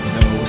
no